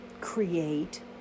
create